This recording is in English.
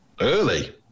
early